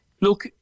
look